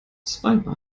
zweimal